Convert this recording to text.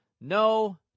No